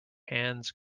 hands